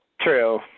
True